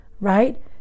right